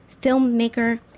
filmmaker